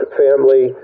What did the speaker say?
family